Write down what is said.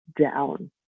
down